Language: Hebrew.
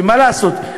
ומה לעשות,